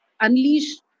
unleash